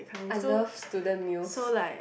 I love student meals